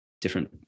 different